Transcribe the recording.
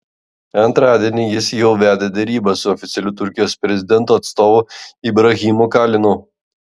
antradienį jis jau vedė derybas su oficialiu turkijos prezidento atstovu ibrahimu kalinu